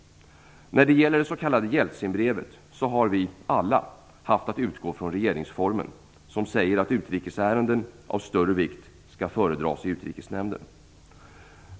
När det gäller det s.k. Jeltsinbrevet har vi alla haft att utgå från regeringsformen, där det stadgas att utrikesärenden av större vikt skall föredras i Utrikesnämnden.